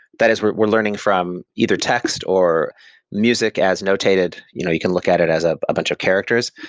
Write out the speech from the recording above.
that is we're we're learning from either text, or music as notated. you know you can look at it as a bunch of characters.